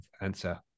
answer